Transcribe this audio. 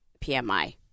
PMI